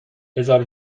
بزار